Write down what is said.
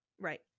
Right